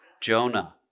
Jonah